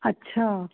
अच्छा